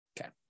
Okay